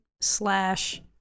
slash